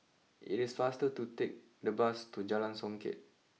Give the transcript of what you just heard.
it is faster to take the bus to Jalan Songket